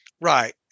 Right